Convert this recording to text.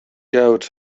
out